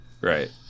right